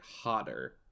hotter